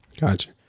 Gotcha